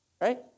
right